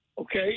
okay